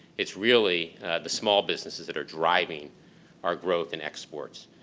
it's really the small businesses that are driving our growth in exports.